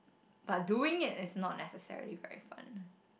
but doing it is not necessarily very fun